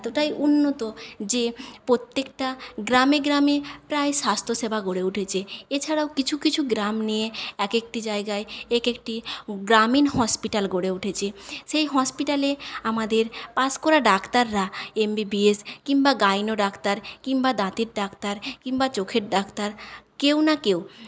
এতটাই উন্নত যে প্রত্যেকটা গ্রামে গ্রামে প্রায় স্বাস্থ্যসেবা গড়ে উঠেছে এছাড়াও কিছু কিছু গ্রাম নিয়ে একেকটি জায়গায় একেকটি গ্রামীণ হসপিটাল গড়ে উঠেছে সেই হসপিটালে আমাদের পাশ করা ডাক্তারা এমবিবিএস কিংবা গাইনো ডাক্তার কিংবা দাঁতের ডাক্তার কিংবা চোখের ডাক্তার কেউ না কেউ